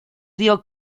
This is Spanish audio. rio